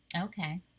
Okay